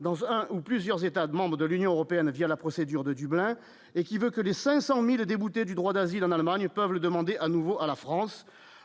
dans un ou plusieurs États-membres de l'Union européenne, via la procédure de Dublin et qui veut que les 500000 déboutés du droit d'asile en Allemagne peuvent le demander à nouveau à la France,